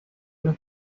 los